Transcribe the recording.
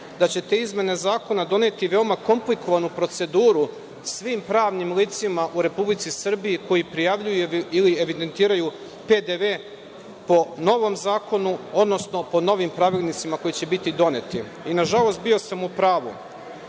da će te izmene Zakona doneti veoma komplikovanu proceduru svim pravnim licima u Republici Srbiji, koji prijavljuju ili evidentiraju PDV po novom Zakonu, odnosno po novim pravilnicima koji će biti doneti. Nažalost, bio sam u pravu.